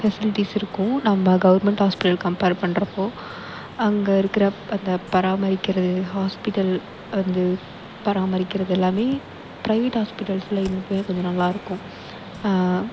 facilities இருக்கும் நம்ம government hospital compare பண்றப்போது அங்கே இருக்கிற இப்போ அந்த பராமரிக்கிறது ஹாஸ்பிட்டல் அது பராமரிக்கிறது எல்லாமே ப்ரைவேட் ஹாஸ்பிட்டல்ஸில் இருக்கிறது கொஞ்சம் நல்லா இருக்கும்